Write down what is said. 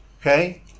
Okay